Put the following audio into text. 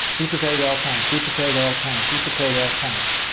be prepared at all times. be prepared at all times. be prepared at all times.